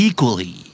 Equally